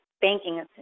banking